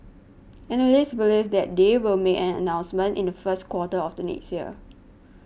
analysts believe that they will make an announcement in the first quarter of the next year